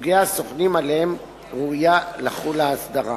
וסוגי הסוכנים שעליהם ראויה לחול ההסדרה.